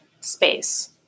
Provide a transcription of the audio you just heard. space